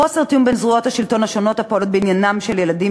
יש חוסר תיאום בין זרועות השלטון השונות הפועלות בעניינם של ילדים,